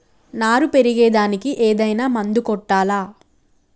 నారు పెరిగే దానికి ఏదైనా మందు కొట్టాలా?